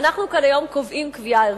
ואנחנו כאן היום קובעים קביעה ערכית.